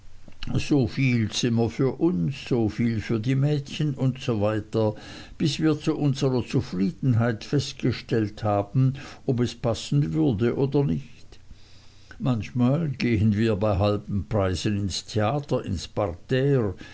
soviel zimmer für uns soviel für die mädchen und so weiter bis wir zu unserer zufriedenheit festgestellt haben ob es passen würde oder nicht manchmal gehen wir bei halben preisen ins theater ins parterre